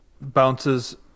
bounces